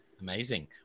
Amazing